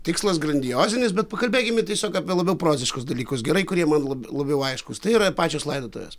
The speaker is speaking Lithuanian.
tikslas grandiozinis bet pakalbėkime tiesiog apie labiau proziškus dalykus gerai kurie man lab labiau aiškūs tai yra pačios laidotuvės